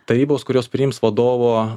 tarybos kurios priims vadovo